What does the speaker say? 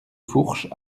fourche